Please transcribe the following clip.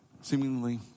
seemingly